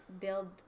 build